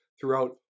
throughout